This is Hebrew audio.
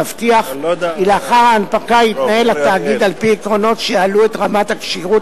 תבטיח כי לאחר ההנפקה יתנהל התאגיד על-פי עקרונות שיעלו את רמת הכשירות,